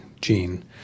gene